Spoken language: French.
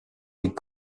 les